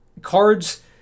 cards